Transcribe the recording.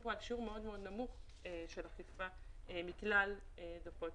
כאן על שיעור מאוד מאוד נמוך של אכיפה מכלל הדוחות.